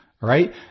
Right